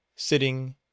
sitting